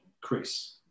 Chris